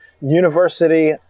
University